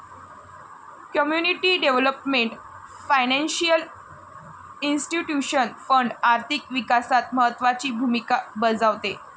community development financial institution fund आर्थिक विकासात महत्त्वाची भूमिका बजावते